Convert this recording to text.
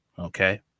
Okay